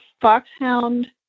foxhound